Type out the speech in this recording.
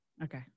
Okay